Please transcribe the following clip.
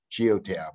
Geotab